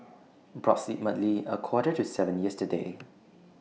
approximately A Quarter to seven yesterday